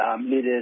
leaders